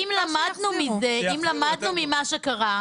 אני אומרת שאם למדנו ממה שקרה,